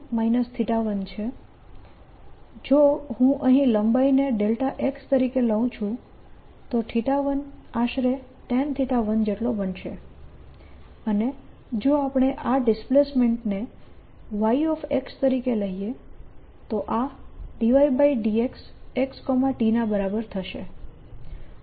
જો હું અહીં લંબાઈને x તરીકે લઉં છું તો 1 આશરે tan1 જેટલો બનશે અને જો આપણે આ ડિસ્પ્લેસમેન્ટ ને y તરીકે લઈએ તો આ ∂y∂xxt ના બરાબર થશે